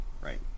Right